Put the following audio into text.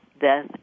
death